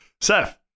Seth